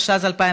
(מכירה מיוחדת), התשע"ז 2017,